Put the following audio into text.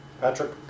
Patrick